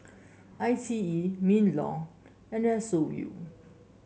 I T E Minlaw and S O U